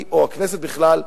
או הכנסת בכלל,